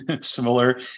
similar